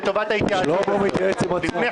(הישיבה נפסקה